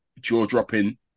jaw-dropping